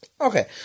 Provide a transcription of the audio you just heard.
Okay